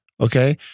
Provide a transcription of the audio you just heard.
Okay